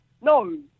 No